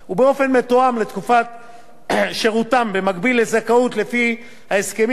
שירותם במקביל לזכאות לפי ההסכמים הקיבוציים ולמועדי פרישתם